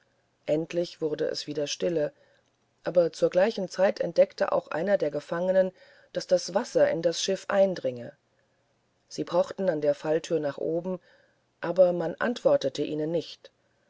endlich wurde es wieder stille aber zu gleicher zeit entdeckte auch einer der gefangenen daß das wasser in das schiff eindringe sie pochten an der falltüre nach oben aber man antwortete ihnen nicht